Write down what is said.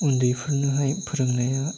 उन्दैफोरनोहाय फोरोंनाया